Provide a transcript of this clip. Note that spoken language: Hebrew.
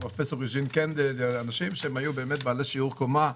פרופ' יוג'ין קנדל אנשים שהיו בעלי שיעור קומה,